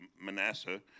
Manasseh